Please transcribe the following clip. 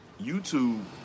YouTube